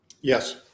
Yes